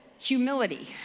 humility